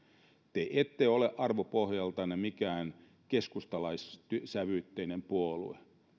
te ette ole arvopohjaltanne mikään keskustalaissävytteinen puolue